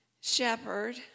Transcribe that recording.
shepherd